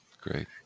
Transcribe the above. Great